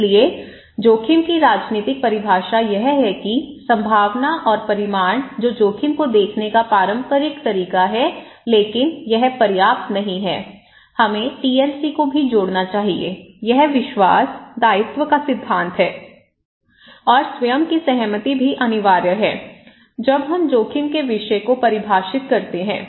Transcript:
इसलिए जोखिम की राजनीतिक परिभाषा यह है कि संभावना और परिमाण जो जोखिम को देखने का पारंपरिक तरीका है लेकिन यह पर्याप्त नहीं है हमें टीएलसी को भी जोड़ना चाहिए यह विश्वास दायित्व का सिद्धांत है और स्वयं की सहमति भी अनिवार्य है जब हम जोखिम के विषय को परिभाषित करते हैं